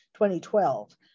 2012